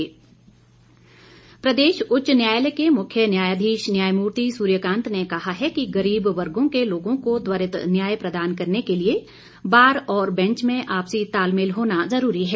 सुर्यकांत प्रदेश उच्च न्यायालय के मुख्य न्यायाधीश न्यायमूर्ति सूर्यकांत ने कहा है कि गरीब वर्गो के लोगों को त्वरित न्याय प्रदान के लिए बार और बैंच में आपसी तालमेल होना जरूरी है